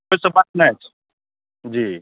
से सब बात नहि छै जी